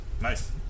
Nice